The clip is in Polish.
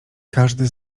każdy